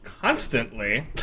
constantly